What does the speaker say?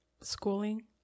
Schooling